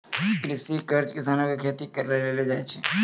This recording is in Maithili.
कृषि कर्ज किसानो के खेती करे लेली देलो जाय छै